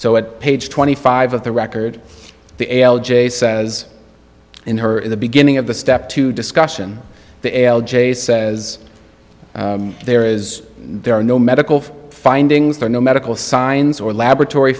so at page twenty five of the record the a l j says in her in the beginning of the step to discussion the l j says there is there are no medical findings there no medical science or laboratory